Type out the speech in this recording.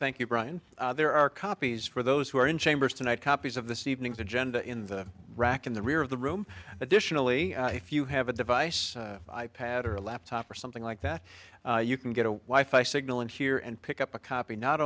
thank you brian there are copies for those who are in chambers tonight copies of this evening's agenda in the rack in the rear of the room additionally if you have a device i pad or a laptop or something like that you can get a wife i signal in here and pick up a copy not